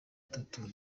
atatu